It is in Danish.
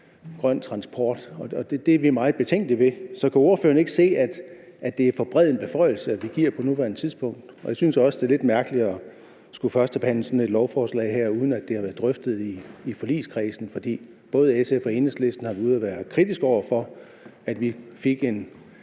det er vi meget betænkelige ved. Så kan ordføreren ikke se, at det er for bred en beføjelse, vi giver på nuværende tidspunkt? Jeg synes også, det er lidt mærkeligt at skulle førstebehandle sådan et lovforslag her, uden at det har været drøftet i forligskredsen. For både SF og Enhedslisten har været ude og været kritiske over for, at vi fik en